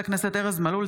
הכנסת ארז מלול,